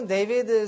David